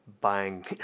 buying